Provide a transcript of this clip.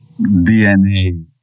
DNA